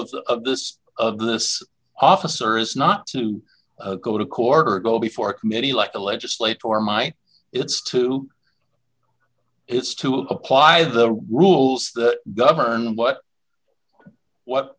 b of this of this officer is not to go to court or go before a committee like to legislate for my it's to it's to apply the rules that govern what what